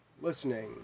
listening